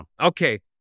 Okay